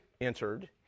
entered